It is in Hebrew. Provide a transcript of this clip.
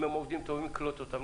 אם הם עובדים טובים קלוט אותם,